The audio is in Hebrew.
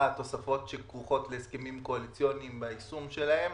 גם תוספות שכרוכות להסכמים קואליציוניים ביישום שלהן.